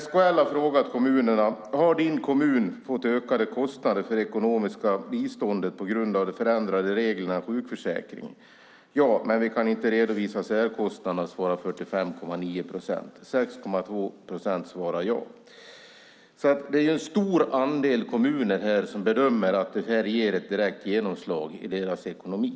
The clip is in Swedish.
SKL har frågat kommunerna: Har din kommun fått ökade kostnader för ekonomiskt bistånd på grund av de förändrade reglerna i sjukförsäkringen? Ja, men vi kan inte redovisa särkostnader, svarade 45,9 procent. 6,2 procent svarade ja. Det är alltså en stor andel kommuner som bedömer att detta får ett direkt genomslag i deras ekonomi.